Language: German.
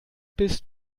bist